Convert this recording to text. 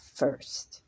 first